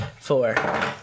Four